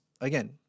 again